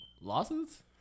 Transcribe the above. lawsuits